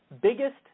biggest